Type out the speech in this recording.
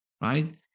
Right